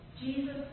Jesus